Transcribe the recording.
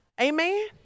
Amen